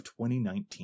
2019